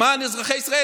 למען אזרחי ישראל,